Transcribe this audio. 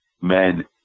men